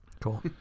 Cool